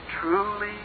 truly